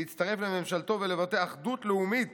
להצטרף לממשלתו ולבטא אחדות לאומית